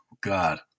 God